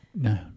No